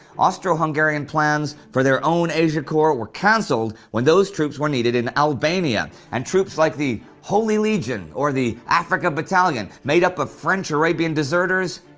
austro-hungarian plans for their own asia-corps were cancelled when those troops were needed in albania, and troops like the holy legion or the afrika-battalion, made up of ah french-arabian deserters,